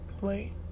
Wait